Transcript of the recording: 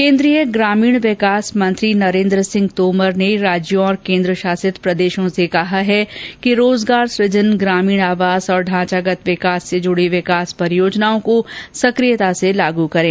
केन्द्रीय ग्रामीण विकास मंत्री नरेन्द्र सिंह तोमर ने राज्यों और केन्द्रशासित प्रदेशों से कहा है कि रोजगार सुजन ग्रामीण आवास और ढांचागत विकास से जुड़ी ग्रामीण विकास परियोजनाओं को सक्रियता से लागू करें